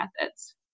methods